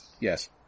Yes